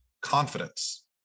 confidence